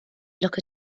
look